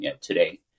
today